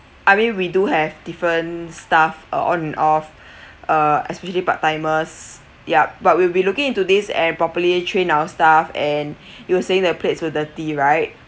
I mean we do have different staff uh on off uh especially part-timers yup but we will be looking into this and properly train our staff and you were saying the plates were dirty right